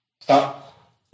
Stop